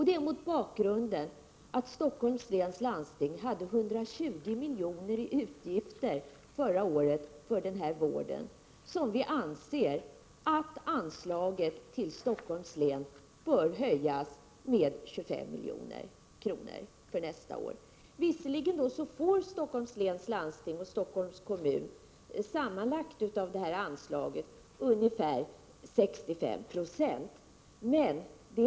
Det är mot bakgrunden av att Stockholms läns landstings utgifter för den här vården förra året uppgick till 120 milj.kr. som vi anser att anslaget till Stockholms län bör höjas med 25 milj.kr. för nästa år. Visserligen får Stockholms läns landsting och Stockholms kommun sammanlagt ungefär 65 0 av detta anslag.